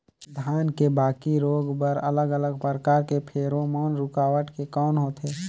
धान के बाकी रोग बर अलग अलग प्रकार के फेरोमोन रूकावट के कौन होथे?